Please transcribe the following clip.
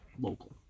local